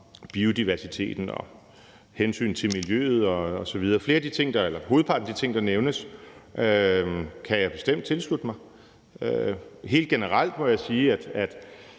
biodiversiteten, hensynet til miljøet osv. Hovedparten af de ting, der nævnes, kan jeg bestemt tilslutte mig. Helt generelt må jeg sige, at